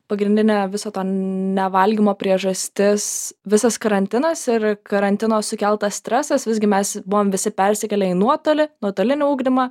pagrindinė viso to nevalgymo priežastis visas karantinas ir karantino sukeltas stresas visgi mes buvom visi persikėlę į nuotolį nuotolinį ugdymo